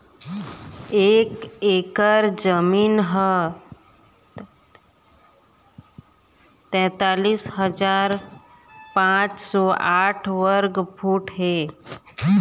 एक एकर जमीन ह तैंतालिस हजार पांच सौ साठ वर्ग फुट हे